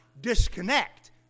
disconnect